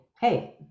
Hey